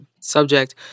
subject